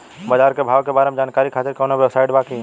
बाजार के भाव के बारे में जानकारी खातिर कवनो वेबसाइट बा की?